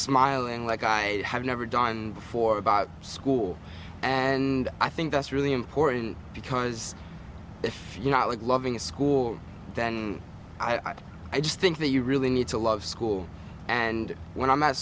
smiling like i have never done before about school and i think that's really important because if you're not like loving a school then i don't i just think that you really need to love school and when i